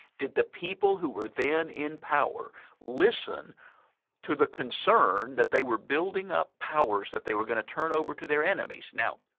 did the people who were then in power listen to the concern that they were building up powers that they were going to turn over to their enemies. now